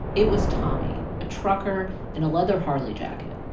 it was tommy, a trucker in a leather harley jacket.